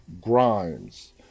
Grimes